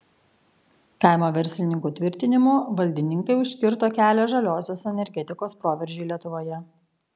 kaimo verslininkų tvirtinimu valdininkai užkirto kelią žaliosios energetikos proveržiui lietuvoje